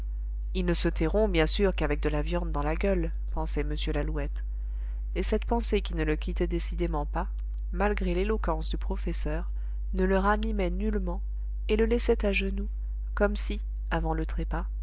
ils ne se tairont bien sûr qu'avec de la viande dans la gueule pensait m lalouette et cette pensée qui ne le quittait décidément pas malgré l'éloquence du professeur ne le ranimait nullement et le laissait à genoux comme si avant le trépas